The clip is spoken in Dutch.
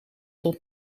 tot